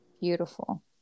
Beautiful